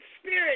Spirit